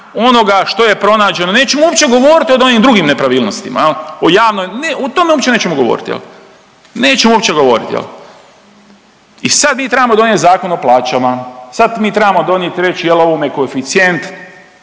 onoga što je pronađeno. Nećemo uopće govoriti o onim drugim nepravilnostima o javnoj, ne o tome nećemo uopće govoriti, nećemo uopće govoriti. I sad mi trebamo donijeti Zakon o plaćama. Sad trebamo donijeti, reći jel' ovome koeficijent